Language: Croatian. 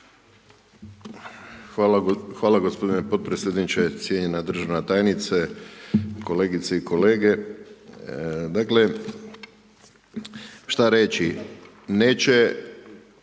Hvala gospodine potpredsjedniče, cijenjena državna tajnice, kolegice i kolege. Dakle, šta reći, neće